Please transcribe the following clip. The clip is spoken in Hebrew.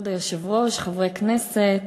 כבוד היושב-ראש, חברי כנסת,